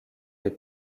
les